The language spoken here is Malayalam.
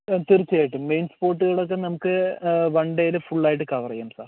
ആ തീർച്ചയായിട്ടും മെയിൻ സ്പോട്ടുകളൊക്കെ നമ്മൾക്ക് വൺ ഡേയിൽ ഫുൾ ആയിട്ട് കവർ ചെയാൻ പറ്റും സാർ